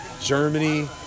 germany